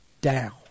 down